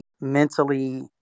mentally